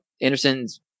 Anderson's